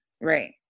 Right